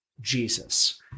Jesus